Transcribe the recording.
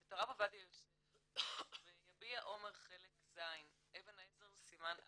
את הרב עובדיה יוסף ב"יביע אומר" חלק ז' אבן העזר סימן א'.